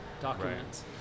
documents